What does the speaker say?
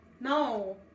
no